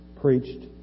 preached